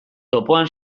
topoan